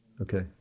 Okay